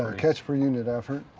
ah catch per unit effort.